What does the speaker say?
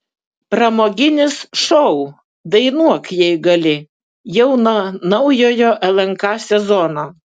pramoginis šou dainuok jei gali jau nuo naujojo lnk sezono